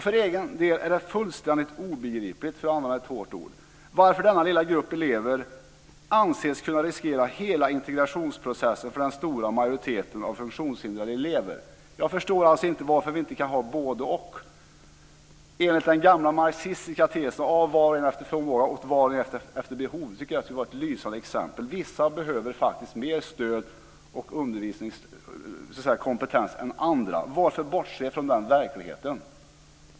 För egen del är det fullständigt obegripligt, för att använda ett hårt ord, varför denna lilla grupp elever anses kunna riskera hela integrationsprocessen för den stora majoriteten av funktionshindrade elever. Jag förstår inte varför vi inte kan ha både-och. Den gamla marxistiska tesen, av var och en efter förmåga och åt var och en efter behov, tycker jag är ett lysande exempel. Vissa behöver faktiskt mer stöd och undervisningskompetens än andra. Varför bortse från den verkligheten?